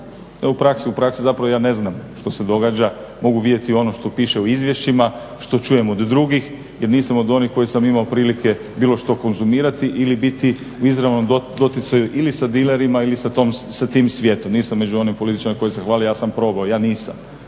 u praksi zapravo ja ne znam što se događa. Mogu vidjeti ono što piše u izvješćima, što čujem od drugih, jer nisam od onih koji sam imao prilike bilo što konzumirati ili biti u izravnom doticaju ili sa dilerima ili sa tim svijetom. Nisam među onim političarima koji se hvali "ja sam proba". Ja nisam